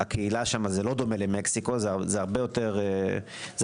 הקהילה שם לא דומה למקסיקו זה הרבה יותר חלש.